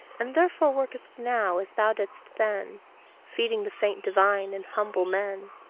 and therefore workest now as thou didst then feeding the faint divine in humble men.